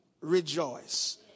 rejoice